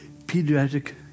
pediatric